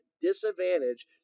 disadvantage